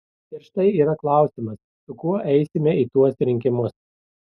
ir štai yra klausimas su kuo eisime į tuos rinkimus